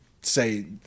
say